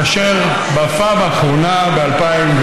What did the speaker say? כאשר בפעם האחרונה ב-2016,